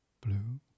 Blue